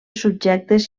subjectes